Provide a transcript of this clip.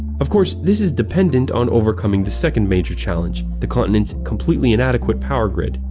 of course, this is dependent on overcoming the second major challenge the continent's completely inadequate power grid.